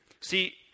See